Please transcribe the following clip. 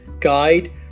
guide